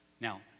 Now